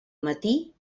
matí